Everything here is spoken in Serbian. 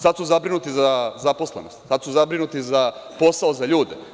Sada su zabrinuti za zaposlenost, sada su zabrinuti za posao za ljude.